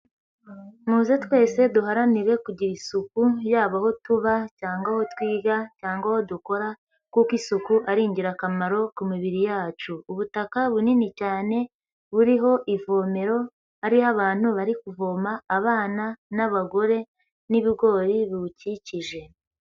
Muze twese duharanire kugira isuku, yaba aho tuba cyangwa aho twiga cyangwa dukora kuko isuku ari ingirakamaro ku mibiri yacu. Ubutaka bunini cyane buriho ivomero, hariho abantu bari kuvoma, abana n'abagore n'ibigori biwukikije.